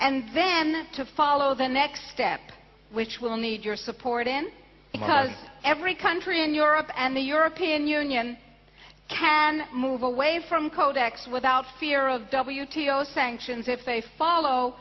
and then to follow the next step which will need your support in because every country in europe and the european union can move away from codex without fear of w t o sanctions if they follow